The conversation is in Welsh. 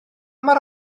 mor